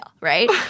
right